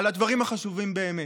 על הדברים החשובים באמת.